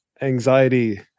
anxiety